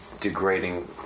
degrading